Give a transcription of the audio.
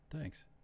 thanks